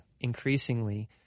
increasingly